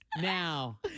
now